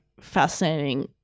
fascinating